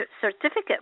Certificate